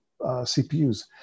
CPUs